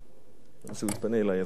כשהוא יתפנה אלי אז אני אמשיך,